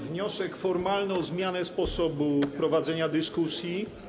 Wniosek formalny o zmianę sposobu prowadzenia dyskusji.